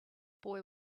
boy